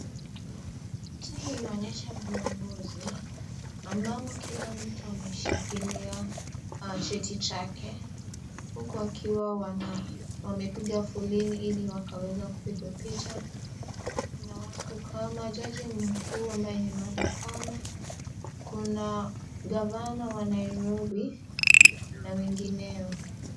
Picha hii inaonyesha viongozi ambami kila mtu ameshikilia cheti chake huku akiwa wana, wamepiga foleni ili wakaweza kupigwa picha, kuna watu kama jaji mkuu ambaye ni Martha Koome , kuna gavana wa Nairobi na wengineo.